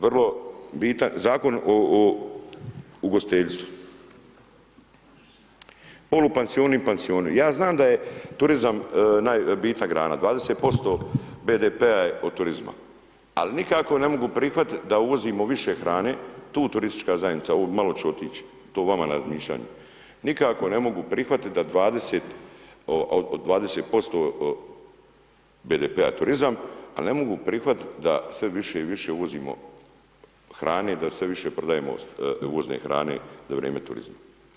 Vrlo bitan, Zakon o ugostiteljstvu, polupansioni i pansioni, ja znam da je turizam naj, bitna grana, 20% BDP-a je od turizma, ali nikako ne mogu prihvatiti da uvozimo više hrane, tu turistička zajednica, malo ću otići, to vama na razmišljanje, nikako ne mogu prihvatiti da, 20% BDP-a je turizam, ali ne mogu prihvatiti da sve više i više uvozimo hrane i da sve više prodajemo uvozne hrane za vrijeme turizma.